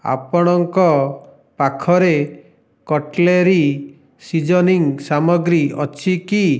ଆପଣଙ୍କ ପାଖରେ cutlery seasoning ସାମଗ୍ରୀ ଅଛି କି